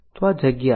તો આ જગ્યા છે